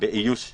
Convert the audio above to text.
באיוש התפקיד.